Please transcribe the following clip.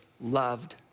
loved